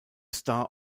star